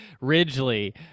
Ridgely